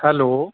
hello